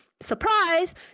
surprise